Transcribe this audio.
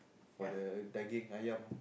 for the daging ayam